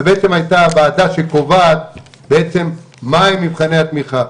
ובעצם היתה ועדה שקובעת מה הם מבחני התמיכה.